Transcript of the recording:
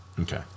Okay